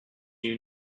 you